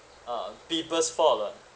ah people's fault lah